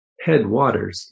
headwaters